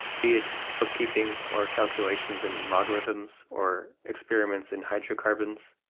be it bookkeeping or calculations in logarithms or experiments in hydrocarbons.